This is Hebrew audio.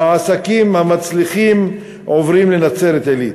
והעסקים המצליחים עוברים לנצרת-עילית.